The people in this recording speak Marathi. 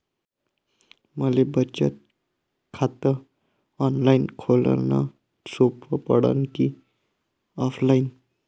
मले बचत खात ऑनलाईन खोलन सोपं पडन की ऑफलाईन?